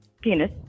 penis